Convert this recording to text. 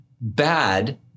bad